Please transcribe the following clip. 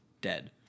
dead